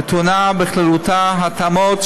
והיא טעונה בכללותה התאמות,